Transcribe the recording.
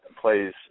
plays